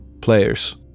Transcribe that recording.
players